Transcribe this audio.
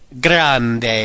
Grande